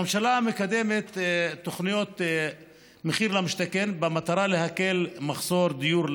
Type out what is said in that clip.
הממשלה מקדמת את תוכנית מחיר למשתכן במטרה להקל על מחסור הדיור,